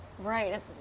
Right